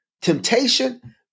temptation